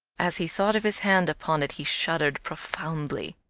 as he thought of his hand upon it he shuddered profoundly.